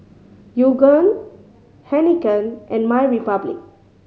Yoogane Heinekein and MyRepublic